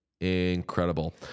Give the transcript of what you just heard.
incredible